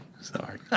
Sorry